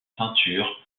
teinture